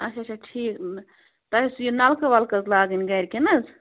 اَچھا اَچھا ٹھیٖک تۄہہِ ٲسِو یہِ نَلکہٕ وَلکہٕ حظ لاگٕنۍ گَرِ کٮ۪ن حظ